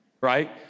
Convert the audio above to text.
Right